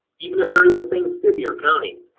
even if they're in the same city or county,